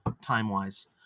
time-wise